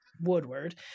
woodward